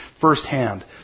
firsthand